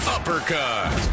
Uppercut